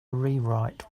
rewrite